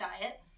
diet